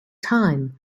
time